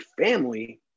family